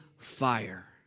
Fire